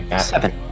Seven